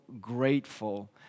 grateful